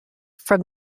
from